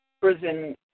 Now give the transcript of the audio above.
prison